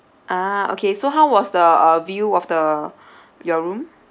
ah okay so how was the uh view of the your room